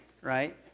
right